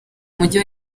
mujyi